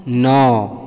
नओ